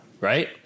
Right